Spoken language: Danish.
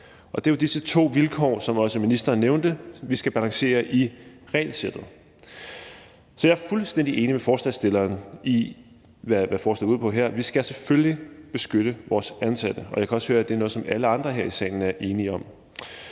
Det er jo disse to vilkår, som ministeren også nævnte vi skal balancere i regelsættet. Så jeg er fuldstændig enig med forslagsstilleren i, hvad forslaget går ud på her. Vi skal selvfølgelig beskytte vores ansatte, og jeg kan også høre, at det er noget, som alle andre her i salen er enige i.